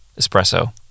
espresso